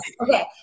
Okay